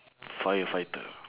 firefighter